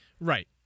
right